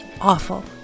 Awful